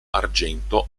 argento